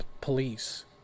police